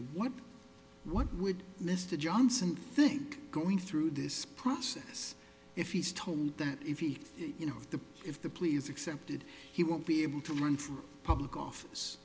what what would mr johnson think going through this process if he's told that if he you know of the if the plea is accepted he won't be able to run for public office